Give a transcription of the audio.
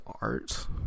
art